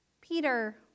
Peter